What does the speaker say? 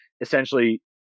essentially